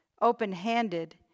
open-handed